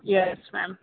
yes ma'am